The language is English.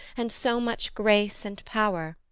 and so much grace and power,